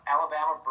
Alabama